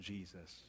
Jesus